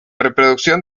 reproducción